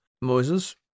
Moses